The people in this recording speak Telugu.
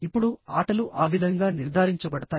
ఇప్పుడుఆటలు ఆ విధంగా నిర్ధారించబడతాయి